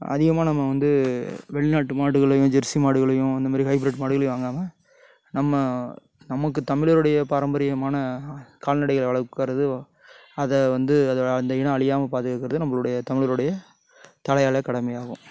அதிகமாக நம்ம வந்து வெளிநாட்டு மாடுகளையும் ஜெர்சி மாடுகளையும் இந்த மாரி ஹைப்ரிட் மாடுகளையும் வாங்காமல் நம்ம நமக்கு தமிழருடைய பாரம்பரியமான கால்நடைகளை வளர்க்குறது அதை வந்து அதை அந்த இனம் அழியாமல் பாதுகாக்கறது நம்பளுடைய தமிழருடைய தலையால கடமையாகும்